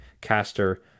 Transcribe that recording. Caster